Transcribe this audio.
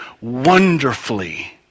wonderfully